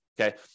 Okay